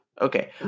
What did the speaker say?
Okay